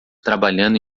trabalhando